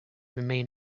remain